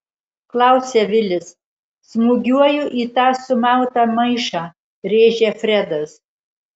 klausia vilis smūgiuoju į tą sumautą maišą rėžia fredas